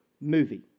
movie